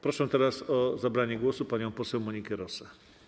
Proszę teraz o zabranie głosu panią poseł Monikę Rosę.